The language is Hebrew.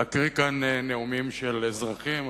להקריא כאן נאומים של אזרחים.